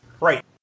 Right